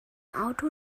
auto